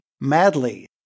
Madly